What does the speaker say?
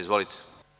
Izvolite.